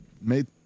made